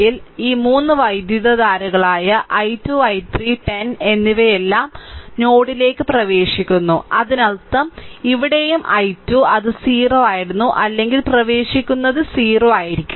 അതിനാൽ ഈ 3 വൈദ്യുതധാരകളായ i2 i3 10 എന്നിവയെല്ലാം നോഡിലേക്ക് പ്രവേശിക്കുന്നു അതിനർത്ഥം ഇവിടെയും i2 അത് 0 ആയിരുന്നു അല്ലെങ്കിൽ പ്രവേശിക്കുന്നത് 0 ആയിരിക്കും